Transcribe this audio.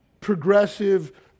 progressive